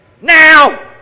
Now